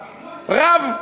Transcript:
רב.